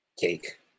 cake